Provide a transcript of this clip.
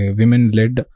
women-led